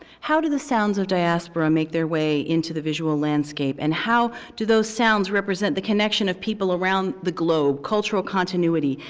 how do the sounds of diaspora make their way into the visual landscape and how do those sounds represent the connection of people around the globe, cultural continuity,